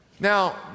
Now